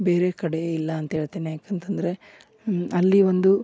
ಬೇರೆ ಕಡೆ ಇಲ್ಲ ಅಂತ ಹೇಳ್ತೇನೆ ಯಾಕಂತಂದರೆ ಅಲ್ಲಿ ಒಂದು